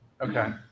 Okay